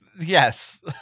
Yes